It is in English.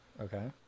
Okay